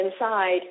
inside